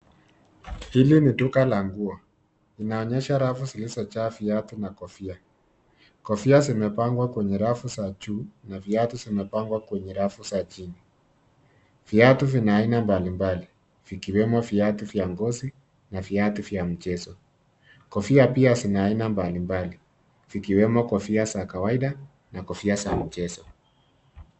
Hili ni duka la nguo. Linaonyesha rafu zilizojaa viatu na kofia. Kofia zimepangwa kwenye rafu za juu na viatu zimepangwa kwenye rafu za chini. Viatu vina aina mbalimbali vikiwemo viatu vya ngozi na viatu vya mchezo. Kofia pia zina aina mbalimbali vikiwemo kofia za kawaida na kofia za mchezo.